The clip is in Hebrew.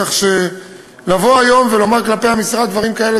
כך שלבוא היום ולומר כלפי המשרד דברים כאלה,